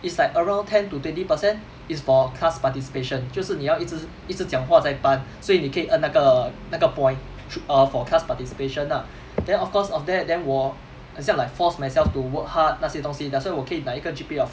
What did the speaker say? it's like around ten to twenty percent is for class participation 就是你要一直一直讲话在班所以你可以 earn 那个那个 point through err for class participation ah then of course of that then 我很像 like force myself to work hard 那些东西 that's why 我可以拿一个 G_P_A of